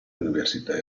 università